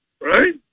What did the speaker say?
Right